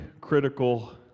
critical